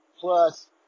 plus